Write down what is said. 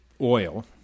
oil